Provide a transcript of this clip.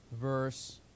verse